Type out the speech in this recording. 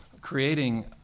creating